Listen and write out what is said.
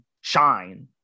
shine